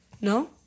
No